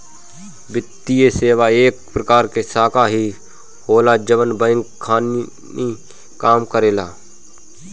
वित्तीये सेवा एक प्रकार के शाखा ही होला जवन बैंक खानी काम करेला